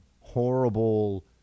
horrible